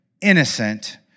innocent